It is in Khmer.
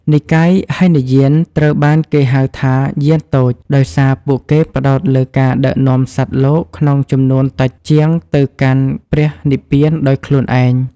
និកាយហីនយានត្រូវបានគេហៅថា "យានតូច" ដោយសារពួកគេផ្តោតលើការដឹកនាំសត្វលោកក្នុងចំនួនតិចជាងទៅកាន់ព្រះនិព្វានដោយខ្លួនឯង។